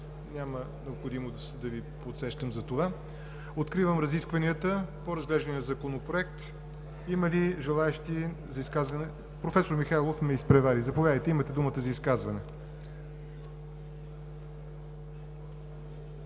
няма необходимост да Ви подсещам за това. Откривам разискванията по разглеждания законопроект. Има ли желаещи за изказване? Професор Михайлов, заповядайте, имате думата за изказване.